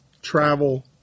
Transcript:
Travel